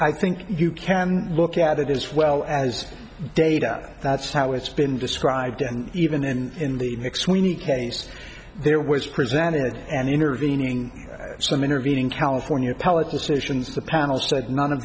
i think you can look at it as well as data that's how it's been described and even in the mix we need case there was presented and intervening some intervening california appellate decisions the panel said none of